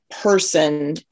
person